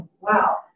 wow